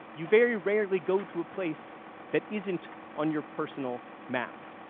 you very rarely go to a place that isn't on your personal map.